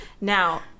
Now